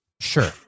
sure